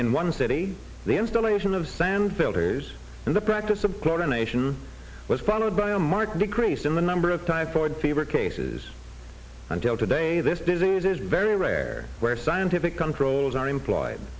in one city the installation of sand filters in the practice of chlorination was followed by a marked decrease in the number of times for fever cases until today this disease is very rare where scientific controls are employed